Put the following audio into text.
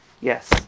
Yes